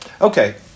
Okay